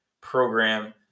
program